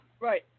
Right